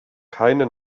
keine